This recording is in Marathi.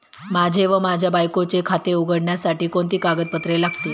माझे व माझ्या बायकोचे खाते उघडण्यासाठी कोणती कागदपत्रे लागतील?